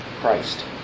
Christ